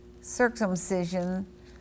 circumcision